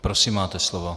Prosím, máte slovo.